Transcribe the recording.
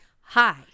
Hi